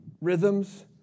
rhythms